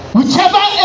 Whichever